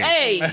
Hey